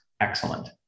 excellent